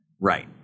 right